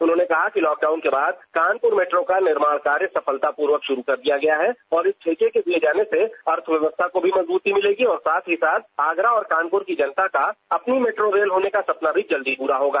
उन्होंने कहा कि लॉकडाउन के बाद कानपुर मेट्रो का निर्माण कार्य सफलतापूर्वक शुरू कर दिया गया है और इस ठेके के दिये जाने से अर्थव्यवस्था को भी मजबूती मिलेगी और साथ ही साथ आगरा और कानपुर की जनता का अपनी मेट्रो रेल होने का सपना भी जल्द ही पूरा होगा